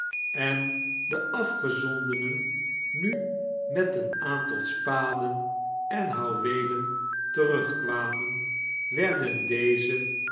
en de afgezondenen nu met een aantal spaden en houweelen terugkwamen werden deze